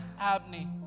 Abney